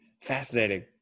Fascinating